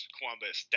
Columbus